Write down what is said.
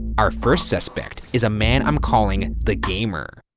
our first suspect is a man i'm calling the gamer.